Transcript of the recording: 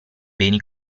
beni